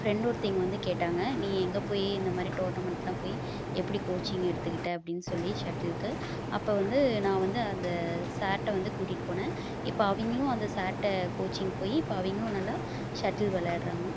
friend ஒருத்தங்க வந்து கேட்டாங்க நீ எங்கே போய் இந்த மாதிரி டோர்னமெண்டெல்லாம் போய் எப்படி கோச்சிங் எடுத்துக்கிட்ட அப்படினு சொல்லி ஷட்டிலுக்கு அப்போ வந்து நான் வந்து அந்த சார்கிட்ட வந்து கூட்டிகிட்டு போனேன் இப்போ அவங்களும் அந்த சார்கிட்ட கோச்சிங் போய் இப்போ அவங்களும் நல்லா ஷட்டில் விளாட்றாங்க